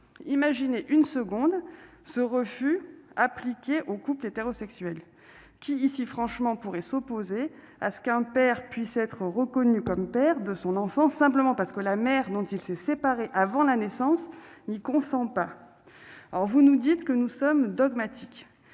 Imaginez une seconde ce refus appliqué aux couples hétérosexuels : franchement, qui, ici, pourrait s'opposer à ce qu'un père puisse être reconnu comme tel simplement parce que la mère, dont il s'est séparé avant la naissance, n'y consent pas ? Vous nous dites que nous sommes dogmatiques,